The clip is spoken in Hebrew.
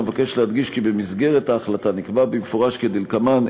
אבקש להדגיש כי במסגרת ההחלטה נקבע במפורש כדלקמן: